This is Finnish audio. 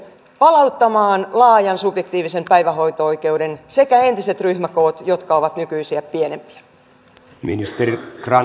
palauttamaan laajan subjektiivisen päivähoito oikeuden sekä entiset ryhmäkoot jotka ovat nykyisiä pienempiä